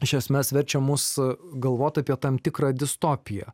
iš esmės verčia mus galvoti apie tam tikrą distopiją